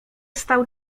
stał